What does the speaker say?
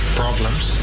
problems